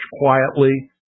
quietly